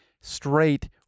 straight